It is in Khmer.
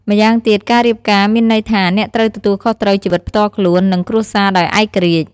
ម្យ៉ាងទៀតការរៀបការមានន័យថាអ្នកត្រូវទទួលខុសត្រូវជីវិតផ្ទាល់ខ្លួន និងគ្រួសារដោយឯករាជ្យ។